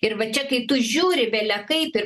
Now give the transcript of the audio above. ir va čia kai tu žiūri belekaip ir